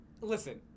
listen